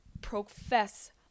profess